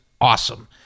awesome